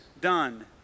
done